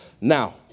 Now